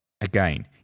Again